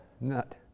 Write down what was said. nut